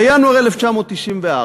בינואר 1994, אף אחד לא מכחיש את זה.